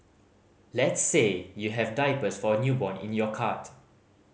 let's say you have diapers for a newborn in your cart